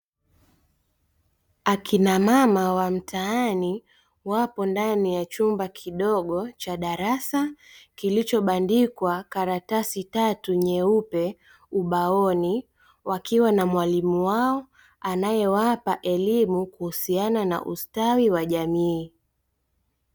Akina mama wa mtaani, wapo ndani ya chumba kidogo cha darasa, kilichobandikwa karatasi tatu nyeupe ubaoni, wakiwa na mwalimu wao, anayewapa elimu kuhusiana na ustawi wa jamii.